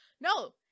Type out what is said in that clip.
No